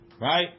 Right